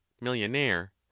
millionaire